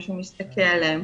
מישהו מסתכל עליהם,